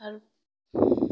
আৰু